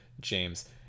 james